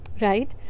right